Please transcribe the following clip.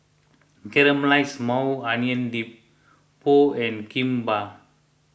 Caramelized Maui Onion Dip Pho and Kimbap